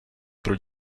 pro